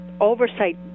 oversight